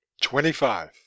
Twenty-five